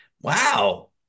Wow